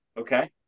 Okay